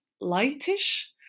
lightish